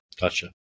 Gotcha